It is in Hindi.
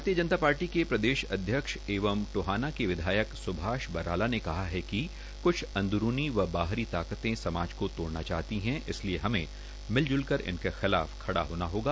भारतीय जनता पार्टी ने प्रदेशाध्यक्ष एंव टोहाना के विधायक सुभाष बराला ने कहा है कि कुछ अंदरूणी व बाहरी ताकते समाज को तोड़ना चाहती है इसलिए हमें मिलज्ल इनके खिलाफ खड़ा होना होगा